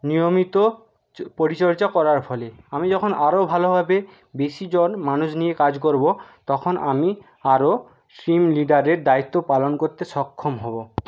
নিয়মিত পরিচর্চা করার ফলে আমি যখন আরো ভালোভাবে বেশিজন মানুষ নিয়ে কাজ করবো তখন আমি আরো টিম লিডারের দায়িত্ব পালন করতে সক্ষম হবো